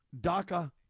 DACA